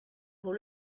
pour